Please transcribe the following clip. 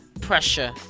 pressure